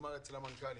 נגמר אצל המנכ"לים.